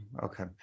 Okay